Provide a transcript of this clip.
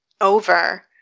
over